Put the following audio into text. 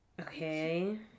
Okay